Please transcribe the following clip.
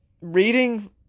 reading